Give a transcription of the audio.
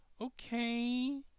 Okay